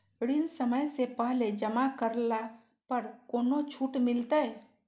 ऋण समय से पहले जमा करला पर कौनो छुट मिलतैय?